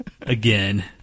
again